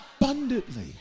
abundantly